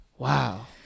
Wow